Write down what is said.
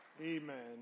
Amen